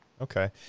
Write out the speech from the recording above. Okay